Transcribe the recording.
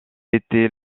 était